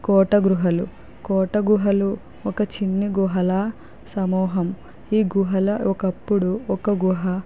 కోటగుహలు కోటగుహలు ఒక చిన్ని గుహల సమూహం ఈ గుహల ఒకప్పుడు ఒక గుహ